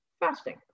fasting